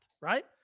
right